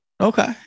okay